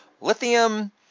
lithium